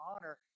honor